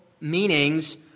meanings